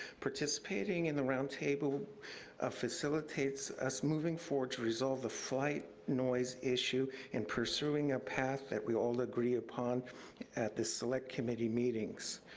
participating in the roundtable ah facilitates us moving forward to resolve the flight noise issue and pursuing a path that we all agree upon at the select committee meetings.